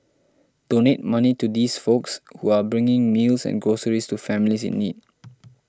donate money to these folks who are bringing meals and groceries to families in need